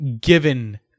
given